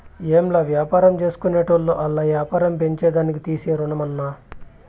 ఏంలా, వ్యాపారాల్జేసుకునేటోళ్లు ఆల్ల యాపారం పెంచేదానికి తీసే రుణమన్నా